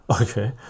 Okay